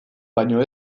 baino